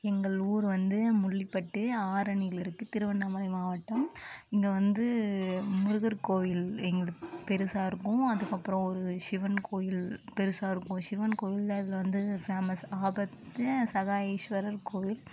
எங்கள் ஊர் வந்து முள்ளிப்பட்டு ஆரணியில் இருக்குது திருவண்ணாமலை மாவட்டம் இங்கே வந்து முருகர் கோயில் எங்களது பெருசாக இருக்கும் அதுக்கப்புறம் ஒரு சிவன் கோயில் பெருசாக இருக்கும் சிவன் கோவிலில் அதில் வந்து ஃபேமஸ் ஆபத்து சகாய ஈஸ்வரர் கோவில்